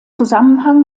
zusammenhang